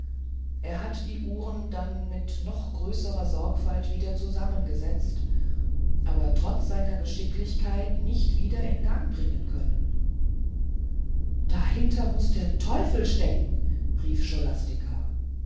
er hat die uhren dann mit noch größerer sorgfalt wieder zusammengesetzt aber trotz seiner geschicklichkeit nicht wieder in gang bringen können dahinter muß der teufel stecken rief